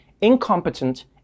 incompetent